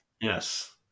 Yes